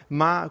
ma